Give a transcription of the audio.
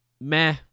Meh